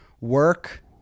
Work